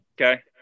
Okay